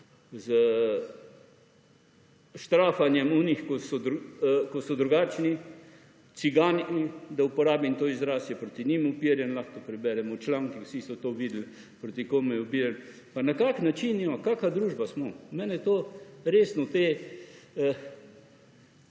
s štrafanjem tistih, ki so drugačne, cigani, da uporabim ta izraz, je proti njim uperjen, lahko preberemo članke, vsi so to videli, proti komu je uperjen in na kakšen način, kakšna družba smo. Mene to resno te